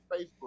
Facebook